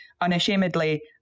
unashamedly